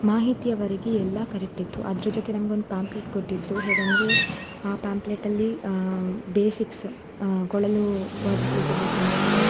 ಮಾಹಿತಿಯವರೆಗೆ ಎಲ್ಲ ಕರೆಕ್ಟಿತ್ತು ಅದರ ಜೊತೆ ನಮ್ಗೊಂದು ಪ್ಯಾಂಪ್ಲೇಟ್ ಕೊಟ್ಟಿದ್ದರು ಹೇಗೆಂದ್ರೆ ಆ ಪ್ಯಾಂಪ್ಲೇಟಲ್ಲಿ ಬೇಸಿಕ್ಸ್ ಕೊಳಲು ವಾದಿಸಲಿಕ್ಕೆ ಬೇಕಾದಂಥ